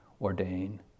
ordain